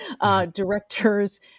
directors